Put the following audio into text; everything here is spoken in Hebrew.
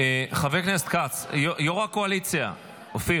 חבר הכנסת כץ, יו"ר הקואליציה אופיר,